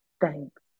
Thanks